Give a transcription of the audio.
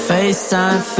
FaceTime